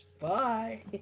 bye